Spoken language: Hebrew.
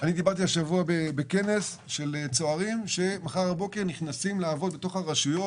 השבוע דיברתי בכנס של צוערים שמחר בבוקר נכנסים לעבוד בתוך הרשויות.